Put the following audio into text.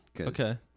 Okay